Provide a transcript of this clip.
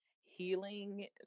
healing